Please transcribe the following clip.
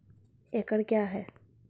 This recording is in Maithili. एकड कया हैं?